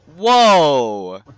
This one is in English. Whoa